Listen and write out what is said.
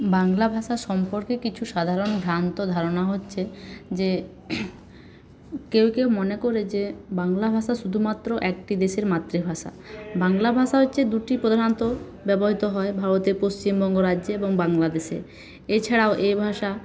বাংলা ভাষা সম্পর্কে কিছু সাধারণ ভ্রান্ত ধারণা হচ্ছে যে কেউ কেউ মনে করে যে বাংলা ভাষা শুধুমাত্র একটি দেশের মাতৃভাষা বাংলা ভাষা হচ্ছে যে দুটি প্রধানত ব্যবহৃত হয় ভারতের পশ্চিমবঙ্গ রাজ্যে এবং বাংলাদেশে এছাড়াও এই ভাষা